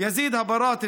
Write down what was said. יזיד הבראת,